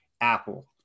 Apple